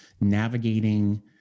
navigating